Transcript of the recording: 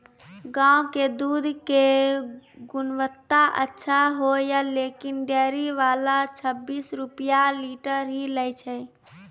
गांव के दूध के गुणवत्ता अच्छा होय या लेकिन डेयरी वाला छब्बीस रुपिया लीटर ही लेय छै?